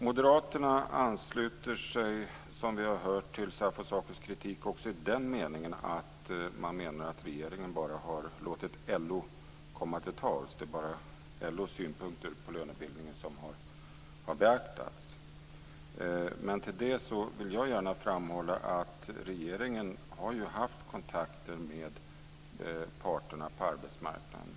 Moderaterna ansluter sig, som vi har hört, till SAF:s och SACO:s kritik också i den meningen att man menar att regeringen bara har låtit LO komma till tals, att det bara är LO:s synpunkter på lönebildningen som har beaktats. Men jag vill gärna framhålla att regeringen har haft kontakter med parterna på arbetsmarknaden.